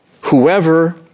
Whoever